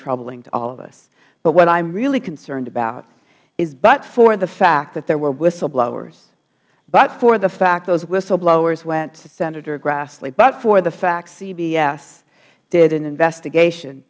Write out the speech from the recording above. troubling to all of us but what i am really concerned about is but for the fact that there were whistleblowers but for the fact those whistleblowers went to senator grassley but for the fact cbs did an investigation